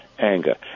Anger